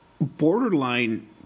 borderline